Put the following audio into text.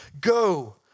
Go